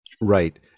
Right